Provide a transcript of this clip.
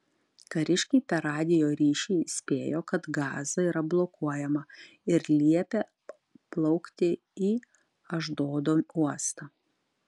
kariškiai per radijo ryšį įspėjo kad gaza yra blokuojama ir liepė plaukti į ašdodo uostą